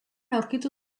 aurkitu